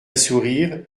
sourire